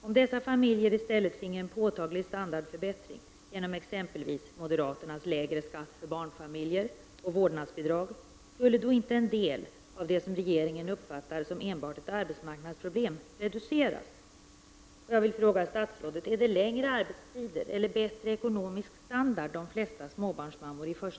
Om dessa familjer i stället finge en påtaglig standardförbättring genom exempelvis moderaternas lägre skatt för barnfamiljer och vårdnadsbidrag, skulle då inte en del av det som regeringen uppfattar som enbart ett arbetsmarknadsproblem kunna reduceras?